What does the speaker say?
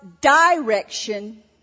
direction